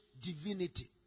divinity